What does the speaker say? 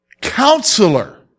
Counselor